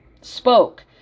spoke